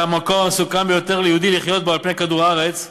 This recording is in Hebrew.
שהמקום המסוכן ביותר ליהודי לחיות בו על פני כדור-הארץ הוא,